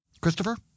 Christopher